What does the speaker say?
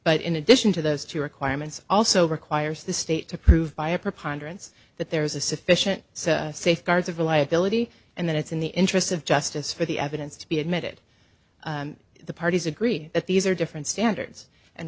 but in addition to those two requirements also requires the state to prove by a preponderance that there is a sufficient safeguards of reliability and that it's in the interest of justice for the evidence to be admitted the parties agree that these are different standards and